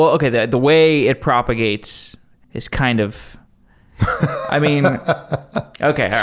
but okay. the the way it propagates is kind of i mean okay.